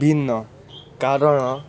ଭିନ୍ନ କାରଣ